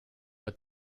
but